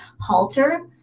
halter